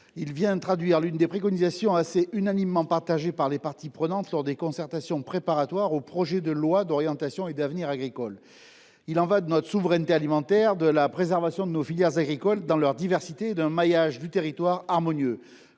Il s’agit d’une proposition unanimement exprimée par les parties prenantes lors des concertations préparatoires sur le projet de loi d’orientation et d’avenir agricoles. Il y va de notre souveraineté alimentaire, de la préservation de nos filières agricoles dans leur diversité et d’un maillage du territoire harmonieux.